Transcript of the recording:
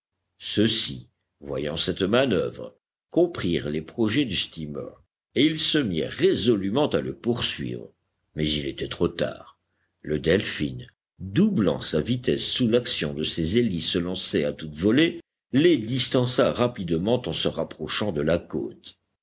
ceux-ci voyant cette manœuvre comprirent les projets du steamer et ils se mirent résolument à le poursuivre mais il était trop tard le delphin doublant sa vitesse sous l'action de ses hélices lancées à toute volée les distança rapidement en se rapprochant de la côte